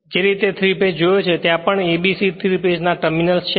જે રીતે 3 ફેજ જોયો છે ત્યાં પણ A B C 3 ફેજ ના ટર્મિનલ્સ છે